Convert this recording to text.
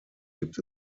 gibt